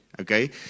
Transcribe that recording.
okay